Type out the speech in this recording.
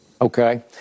Okay